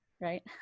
Right